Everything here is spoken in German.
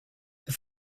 wir